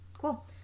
cool